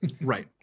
right